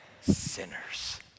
sinners